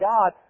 God